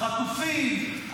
חטופים,